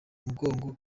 mugongo